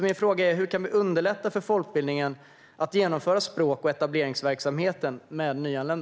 Min fråga är: Hur kan vi underlätta för folkbildningen att genomföra språk och etableringsverksamheten med nyanlända?